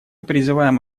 призываем